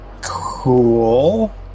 Cool